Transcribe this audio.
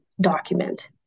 document